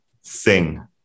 sing